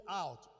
out